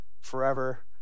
forever